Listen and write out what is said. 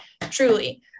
Truly